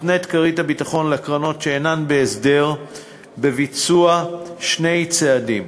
כרית הביטחון לקרנות שאינן בהסדר מותנית בביצוע שני צעדים: